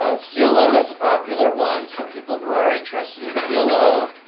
ah zillow is a popular one, so people who are interested in zillow,